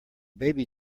baby